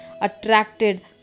attracted